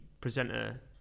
presenter